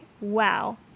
wow